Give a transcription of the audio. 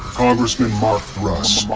congressman mark thruss.